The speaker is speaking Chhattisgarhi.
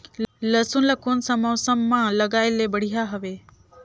लसुन ला कोन सा मौसम मां लगाय ले बढ़िया हवे?